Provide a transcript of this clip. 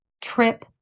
trip